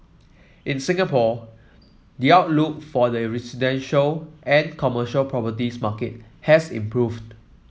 in Singapore the outlook for the residential and commercial properties market has improved